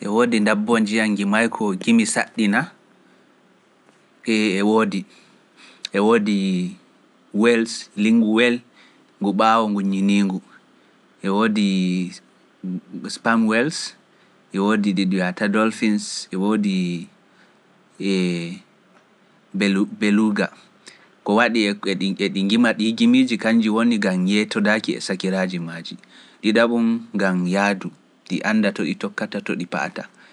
E woodi ndabbo ngimayko jimi saɗɗi. e woodi wels, linggu wel ngu ɓaawo nguñiningu, e woodi span wels, ko wadi e ɗi ngima gimiiji din kañjun woni gam yettodaki e sakiraaji maaji, ɗiɗaɓum gam yaadu, ɗi anda to ɗi tokkata to ɗi pa’ata.